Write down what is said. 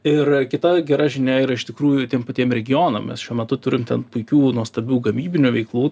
ir kita gera žinia yra iš tikrųjų tiem patiem regionam mes šiuo metu turim ten puikių nuostabių gamybinių veiklų